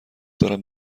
دارم